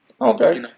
Okay